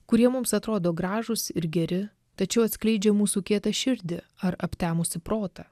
kurie mums atrodo gražūs ir geri tačiau atskleidžia mūsų kietą širdį ar aptemusį protą